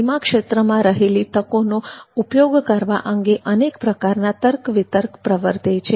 વીમા ક્ષેત્રમાં રહેલી તકોનો ઉપયોગ કરવા અંગે અનેક પ્રકારના તર્ક વિતર્ક પ્રવર્તે છે